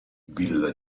villa